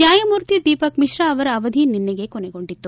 ನ್ಯಾಯಮೂರ್ತಿ ದೀಪಕ್ ಮಿಶ್ರಾ ಅವರ ಅವಧಿ ನಿನ್ನೆಗೆ ಕೊನೆಗೊಂಡಿತ್ತು